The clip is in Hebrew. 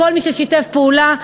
לכל מי ששיתף פעולה,